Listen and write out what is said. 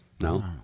no